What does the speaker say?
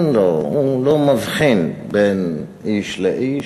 הוא לא מבחין בין איש לאיש,